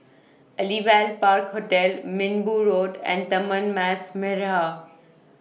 Aliwal Park Hotel Minbu Road and Taman Mas Merah